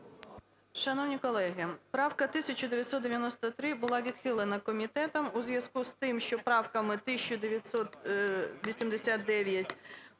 Шановні колеги, правка 1993 була відхилена комітетом у зв'язку з тим, що правками 1989